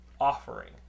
offering